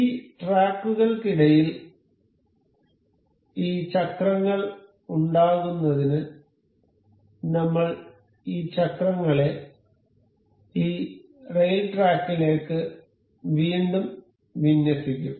ഈ ട്രാക്കുകൾക്കിടയിൽ ഈ ചക്രങ്ങൾ ഉണ്ടാകുന്നതിന് നമ്മൾ ഈ ചക്രങ്ങളെ ഈ റെയിൽ ട്രാക്കിലേക്ക് വീണ്ടും വിന്യസിക്കും